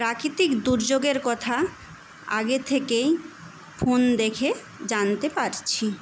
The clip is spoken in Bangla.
প্রাকৃতিক দুর্যোগের কথা আগে থেকেই ফোন দেখে জানতে পারছি